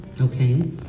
okay